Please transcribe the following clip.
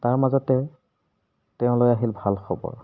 তাৰ মাজতে তেওঁলৈ আহিল ভাল খবৰ